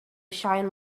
shine